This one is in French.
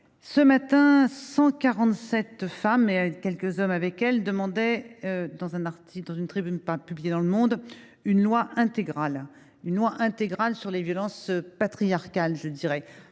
ce matin, 147 femmes, et quelques hommes avec elles, demandaient, dans une tribune publiée dans le journal, une « loi intégrale » contre les violences patriarcales. Le concept